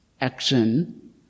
action